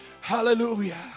hallelujah